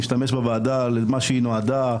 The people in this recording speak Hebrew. נשתמש בוועדה למה שהיא נועדה,